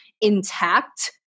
intact